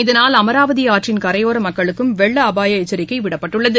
இதனால் அமராவதிஆற்றின் கரையோரமக்களுக்கும் வெள்ள அபாயஎச்சிக்கைவிடப்பட்டுள்ளது